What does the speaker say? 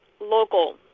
local